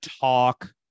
talk